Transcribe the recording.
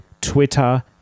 Twitter